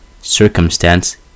circumstance